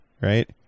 right